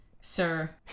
sir